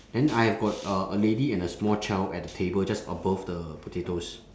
then I have got uh a lady and a small child at the table just above the potatoes